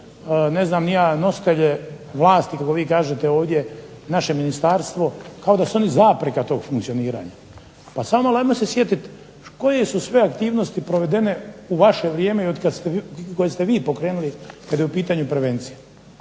ne znam ni ja nositelje kako vi kažete ovdje vlasti, naše ministarstvo kao da su oni zapreka tog funkcioniranja. Pa samo malo, ajmo se sjetiti koje su sve aktivnosti provedene u vaše vrijeme i koje ste vi pokrenuli kad je u pitanju prevencija.